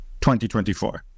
2024